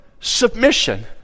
submission